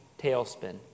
tailspin